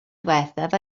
ddiwethaf